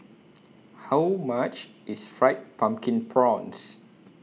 How much IS Fried Pumpkin Prawns